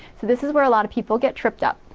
so this is where a lot of people get tripped up.